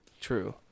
True